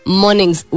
mornings